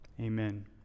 amen